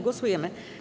Głosujemy.